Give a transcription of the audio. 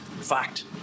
fact